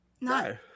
No